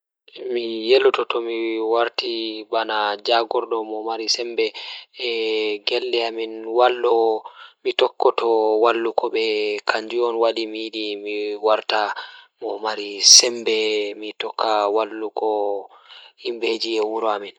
Mi yeloto to mi warti bana So tawii miɗo waawi heɓde toɓɓere ngoni ngam waɗude njam e ɓe goɗɗe, mi waɗataa jaɓde toɓɓere fowrude fiyaangu e yimɓe. Ko nde o waɗataa waɗi ngam miɗo njahata yamirde e ɗon o waɗa njiddaade. Miɗo waɗataa waɗude njam e nguurndam ngal rewɓe waɗa waɗtude waɗɓe ngam waɗude toɗɗungal.